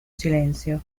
silencio